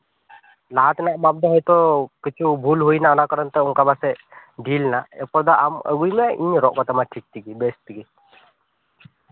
ᱞᱟᱦᱟ ᱛᱮᱱᱟᱜ ᱢᱟᱯ ᱫᱚ ᱦᱚᱭᱛᱳ ᱠᱤᱪᱷᱩ ᱵᱷᱩᱞ ᱦᱩᱭ ᱱᱟ ᱚᱱᱟ ᱠᱟᱨᱚᱱ ᱛᱮ ᱚᱱᱠᱟ ᱯᱟᱥᱮᱡ ᱰᱷᱤᱞ ᱱᱟ ᱮᱨ ᱯᱚᱨ ᱫᱚ ᱟᱢ ᱟᱹᱜᱩᱭ ᱢᱮ ᱤᱧ ᱨᱚᱜ ᱠᱟᱛᱟᱢᱟ ᱴᱷᱤᱠ ᱴᱷᱤᱠ ᱵᱮᱥ ᱴᱷᱤᱠ ᱜᱮ